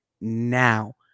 now